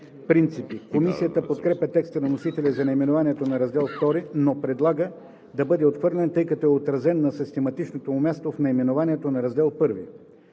Принципи“. Комисията подкрепя текста на вносителя за наименованието на Раздел II, но предлага да бъде отхвърлен, тъй като е отразен на систематичното му място в наименованието на Раздел I.